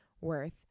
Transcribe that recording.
worth